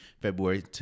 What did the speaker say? February